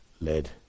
led